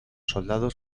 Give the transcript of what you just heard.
soldados